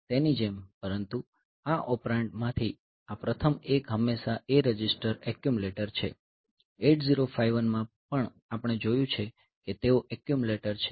તેની જેમ પરંતુ આ ઓપરેન્ડ્સ માંથી આ પ્રથમ એક હંમેશા A રજિસ્ટર એક્યુમ્યુલેટર છે 8051 માં પણ આપણે જોયું છે કે તેઓ એક્યુમ્યુલેટર છે